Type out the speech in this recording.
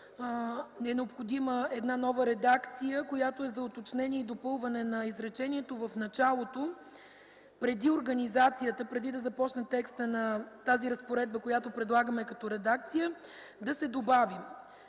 е необходима една нова редакция, която е за уточнение и допълване на изречението. В началото, преди „Организацията”, преди да започне текстът на разпоредбата, която предлагаме като редакция, да се добави: